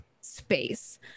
space